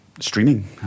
streaming